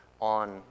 on